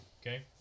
okay